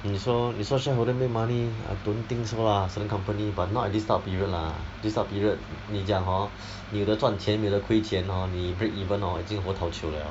你说你说 shareholder make money I don't think so lah certain company but not at this type of period lah this type of period 跟你讲 hor 有的赚钱有的亏钱你 breakeven hor 已经 hor tao chio liao